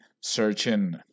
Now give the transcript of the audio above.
searching